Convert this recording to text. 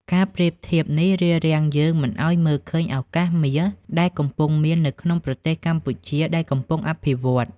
ការប្រៀបធៀបនេះរារាំងយើងមិនឱ្យមើលឃើញ "ឱកាសមាស" ដែលកំពុងមាននៅក្នុងប្រទេសកម្ពុជាដែលកំពុងអភិវឌ្ឍ។